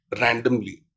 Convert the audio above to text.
randomly